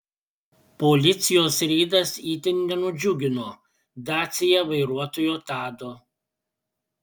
policijos reidas itin nenudžiugino dacia vairuotojo tado